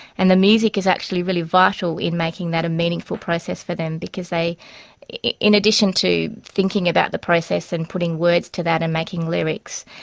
and the music is actually really vital in making that a meaningful process for them because in in addition to thinking about the process and putting words to that and making lyrics,